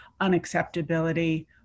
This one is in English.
unacceptability